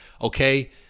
okay